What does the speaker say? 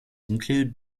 include